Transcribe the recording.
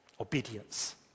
obedience